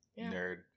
Nerd